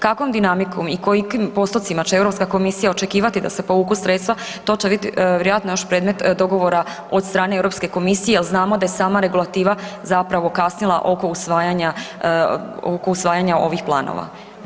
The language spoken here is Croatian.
Kakvom dinamikom i u kolikim postocima će Europska komisija očekivati da se povuku sredstva to će bit vjerojatno još predmet dogovora od strane Europske komisije jel znamo da je sama regulativa zapravo kasnila oko usvajanja ovih planova.